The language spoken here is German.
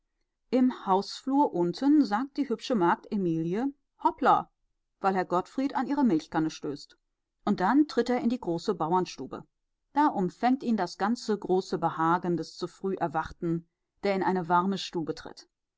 im hausflur unten sagt die hübsche magd emilie hoppla weil herr gottfried an ihre milchkanne stößt und dann tritt er in die große bauernstube da umfängt ihn das ganze große behagen des zu früh erwachten der in eine warme stube tritt